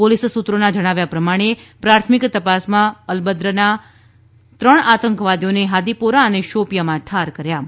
police સૂત્રોના જણાવ્યા પ્રમાણે પ્રાથમિક તપાસમાં અલ બદ્ર સંગઠનના ત્રણ આતંકવાદીઓને હાદીપોરા અને શોપિયામાં ઠાર કર્યા છે